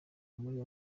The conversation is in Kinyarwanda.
muri